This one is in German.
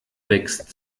wächst